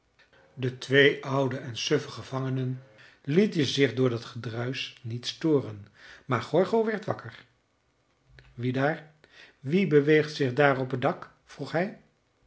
de twee oude en suffe gevangenen lieten zich door dat gedruisch niet storen maar gorgo werd wakker wie daar wie beweegt zich daar op het dak vroeg hij